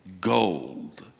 gold